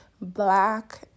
black